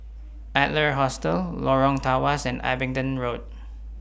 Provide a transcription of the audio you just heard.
Adler Hostel Lorong Tawas and Abingdon Road